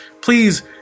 please